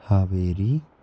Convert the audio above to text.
Haveri